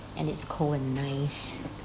and it's cold and nice